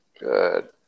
Good